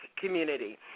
community